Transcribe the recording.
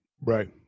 Right